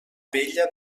abella